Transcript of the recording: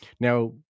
Now